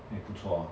eh 不错 hor